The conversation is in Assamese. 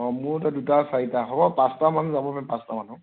অ মোৰ তাত দুটা চাৰিটা হ'ব পাচটা মানুহ যাব পাৰিম পাঁচটা মানুহ